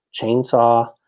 chainsaw